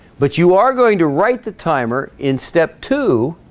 but you are going to write the timer in step two